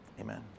Amen